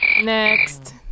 Next